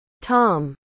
Tom